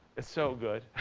it's so good